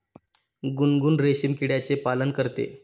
गुनगुन रेशीम किड्याचे पालन करते